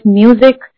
music